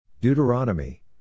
Deuteronomy